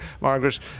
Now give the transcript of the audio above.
Margaret